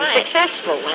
successful